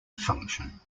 function